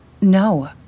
No